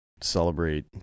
celebrate